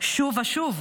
שוב ושוב,